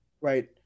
right